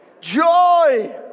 Joy